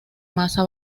masa